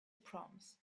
proms